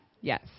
Yes